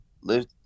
live